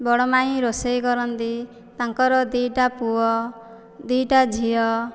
ବଡ଼ ମାଇଁ ରୋଷେଇ କରନ୍ତି ତାଙ୍କର ଦୁଇଟା ପୁଅ ଦୁଇଟା ଝିଅ